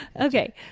okay